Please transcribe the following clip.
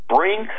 Bring